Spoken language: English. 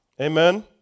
Amen